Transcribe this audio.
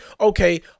okay